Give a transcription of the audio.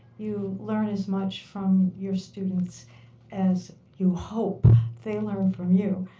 you learn as much from your students as you hope they learn from you.